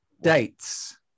Dates